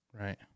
Right